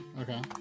Okay